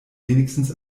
wenigstens